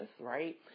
right